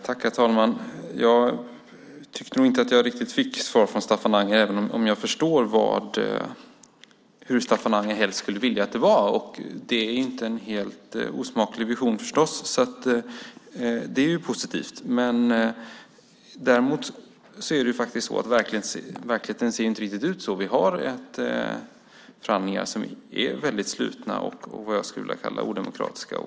Herr talman! Jag tyckte inte att jag riktigt fick något svar från Staffan Anger, även om jag förstår hur Staffan Anger helst skulle vilja att det var. Det är förstås inte en helt osmaklig vision. Det är positivt. Däremot ser verkligheten inte ut riktigt så. Vi har förhandlingar som är väldigt slutna och som jag skulle vilja kalla odemokratiska.